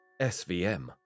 SVM